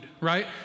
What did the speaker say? right